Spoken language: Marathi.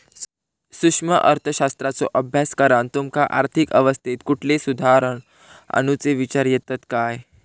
सूक्ष्म अर्थशास्त्राचो अभ्यास करान तुमका आर्थिक अवस्थेत कुठले सुधार आणुचे विचार येतत काय?